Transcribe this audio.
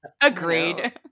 Agreed